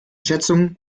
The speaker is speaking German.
schätzungen